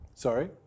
Sorry